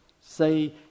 say